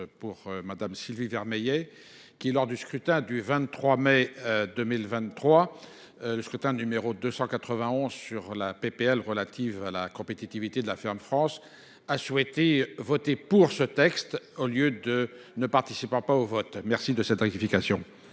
Merci de cette rectification.